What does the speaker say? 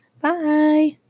Bye